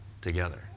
together